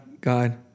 God